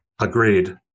agreed